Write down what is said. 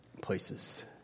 places